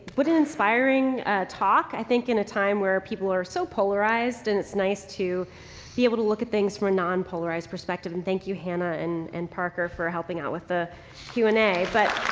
what an inspiring talk i think in a time where people are so polarized and it's nice to be able to look at things from a non-polarized perspective. and, thank you hannah and, and parker for helping out with the q and a. but